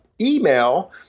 email